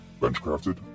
BenchCrafted